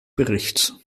berichts